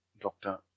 doctor